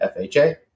FHA